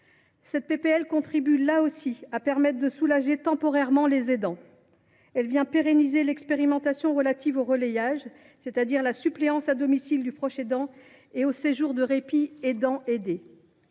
Cette proposition de loi contribue à soulager temporairement les aidants. Elle vient pérenniser l’expérimentation relative au relayage, c’est à dire la suppléance à domicile du proche aidant, et aux séjours de répit aidant aidé.